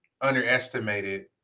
underestimated